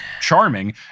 charming